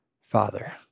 Father